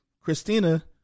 Christina